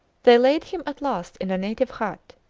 they laid him at last in a native hut,